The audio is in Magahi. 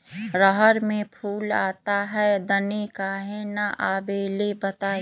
रहर मे फूल आता हैं दने काहे न आबेले बताई?